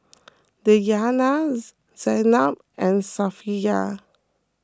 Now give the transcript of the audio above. Diyana Zaynab and Safiya